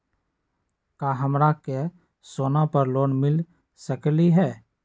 का हमरा के सोना पर लोन मिल सकलई ह?